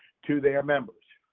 to their members,